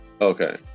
Okay